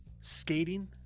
skating